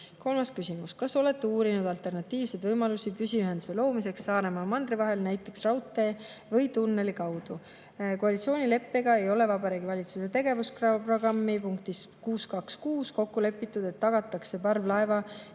SKP‑st.Kolmas küsimus: "Kas olete uurinud alternatiivseid võimalusi püsiühenduse loomiseks Saaremaa ja mandri vahel, näiteks raudtee või tunneli kaudu?" Koalitsioonileppega on Vabariigi Valitsuse tegevusprogrammi punktis 6.2.6 kokku lepitud, et tagatakse parvlaeva-